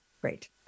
Great